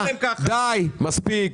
די, מספיק.